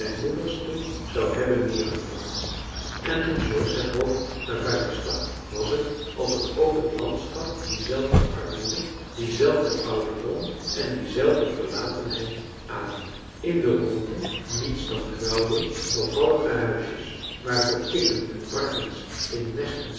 blijmoedigste zou hebben neergedrukt en toen george het hoofd naar buiten stak was t alsof ook het landschap diezelfde armoede dienzelfden ouderdom en diezelfde verlatenheid ademde in de rondte niets dan grauwe bouwvallige huisjes waarvoor kippen en varkens in mest en